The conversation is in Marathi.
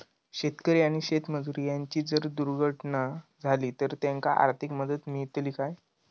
शेतकरी आणि शेतमजूर यांची जर दुर्घटना झाली तर त्यांका आर्थिक मदत मिळतली काय?